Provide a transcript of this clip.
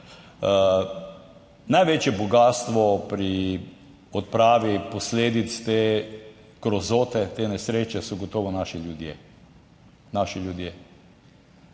Največje bogastvo pri odpravi posledic te grozote, te nesreče so gotovo naši ljudje, naši ljudje.